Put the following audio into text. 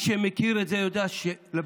מי שמכיר את זה יודע שמצליחים,